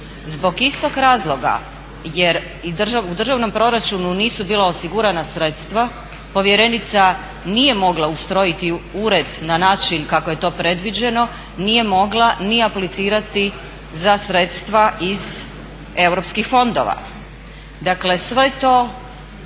Zbog istog razloga jer u državnom proračunu nisu bila osigurana sredstva povjerenica nije mogla ustrojiti ured na način kako je to predviđeno, nije mogla ni aplicirati za sredstva iz europskih fondova. Dakle sve to